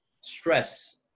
stress